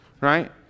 right